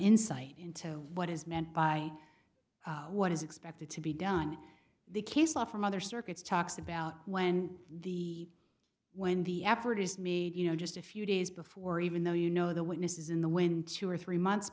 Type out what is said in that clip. insight into what is meant by what is expected to be done the case law from other circuits talks about when the when the effort is made you know just a few days before even though you know the witnesses in the when two or three months